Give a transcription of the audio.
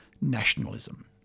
nationalism